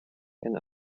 and